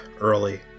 early